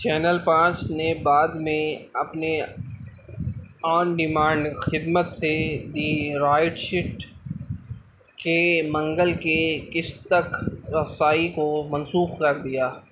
channel پانچ نے بعد میں اپنی آن ڈیمانڈ خدمت سے دی رائٹ شفٹ کے منگل کے قسط تک رسائی کو منسوخ کر دیا